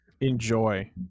Enjoy